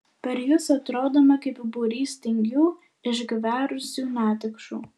per jus atrodome kaip būrys tingių išgverusių netikšų